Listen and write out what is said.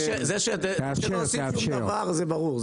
זה שאתם לא עושים שום דבר זה ברור.